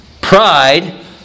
pride